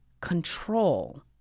control